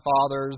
fathers